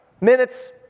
Minutes